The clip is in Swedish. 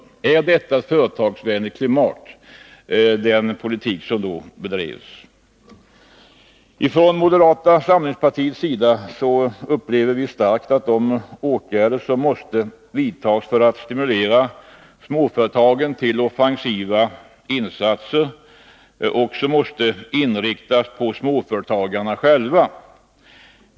Skapade ra företagen den politik som då drevs ett företagsvänligt klimat? Från moderata samlingspartiets sida upplever vi starkt att de åtgärder som måste vidtas för att stimulera småföretagen till offensiva insatser också måste inriktas på småföretagarna själva.